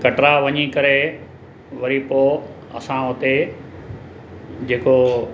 कटरा वञी करे वरी पोइ असां हुते जेको